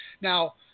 Now